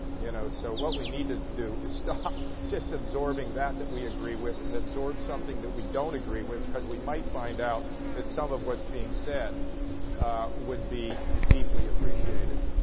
you know, so what we need to do is stop just absorbing that that we agree with and absorb something that we don't agree with because we might find out that some of what's being said would be deeply appreciated.